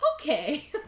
okay